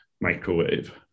microwave